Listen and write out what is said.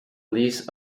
lists